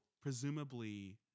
presumably